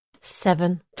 Seven